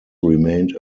remained